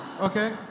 Okay